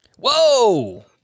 Whoa